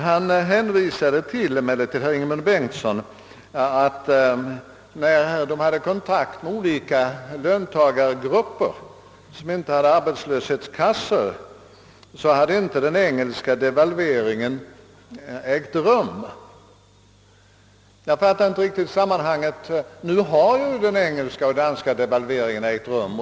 Han hänvisade emellertid till att när man hade kontakt med olika löntagargrupper, som saknar arbetslöshetskassa, så hade inte den engelska devalveringen ägt rum. Jag fattar inte sammanhanget riktigt. Nu har ju bl.a. den engelska och den danska devalveringen ägt rum.